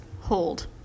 hold